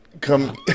Come